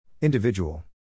Individual